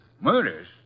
Murders